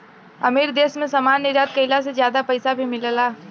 अमीर देश मे सामान निर्यात कईला से ज्यादा पईसा भी मिलेला